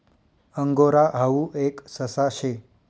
angora हाऊ एक ससा शे